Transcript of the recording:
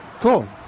Cool